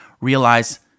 realize